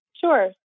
Sure